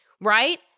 right